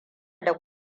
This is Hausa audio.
da